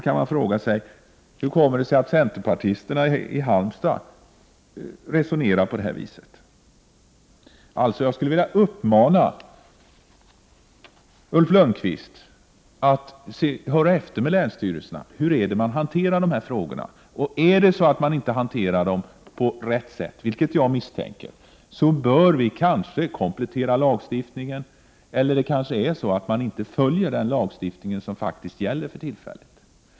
Man kan fråga sig hur det kommer sig att centerpartisterna i Halmstad resonerade på detta vis. Jag skulle vilja uppmana Ulf Lönnqvist att höra efter med länsstyrelserna hur man hanterar dessa frågor. Hanterar man dem inte på rätt sätt, vilket jag misstänker, bör vi kanske komplettera lagstiftningen. Eller också kanske man inte följer den lagstiftning som faktiskt gäller för tillfället.